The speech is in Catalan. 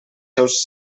seus